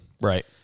Right